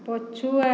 ପଛୁଆ